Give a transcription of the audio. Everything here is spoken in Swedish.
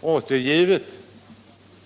återgivet.